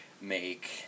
make